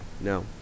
No